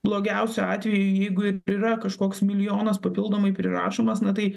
blogiausiu atveju jeigu ir yra kažkoks milijonas papildomai prirašomas na tai